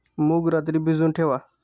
मूग रात्री भिजवून ठेवा